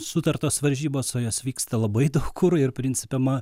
sutartos varžybos o jos vyksta labai daug kur ir principe na